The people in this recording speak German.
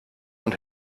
und